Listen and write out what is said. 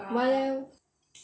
why leh